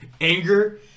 anger